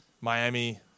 Miami